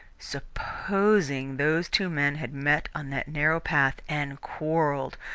supposing those two men had met on that narrow path and quarrelled!